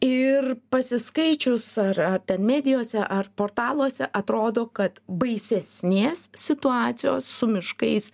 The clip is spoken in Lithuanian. ir pasiskaičius ar ar ten medijose ar portaluose atrodo kad baisesnės situacijos su miškais